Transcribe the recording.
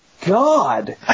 God